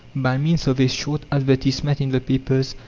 by means of a short advertisement in the papers,